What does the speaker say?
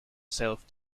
self